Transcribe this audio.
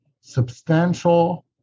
substantial